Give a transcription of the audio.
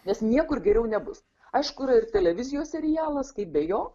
nes niekur geriau nebus aišku ir televizijos serialas kaip be jo